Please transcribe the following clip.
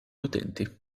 utenti